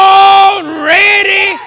already